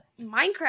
Minecraft